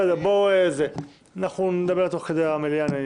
נדבר תוך כדי המליאה.